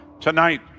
Tonight